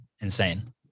insane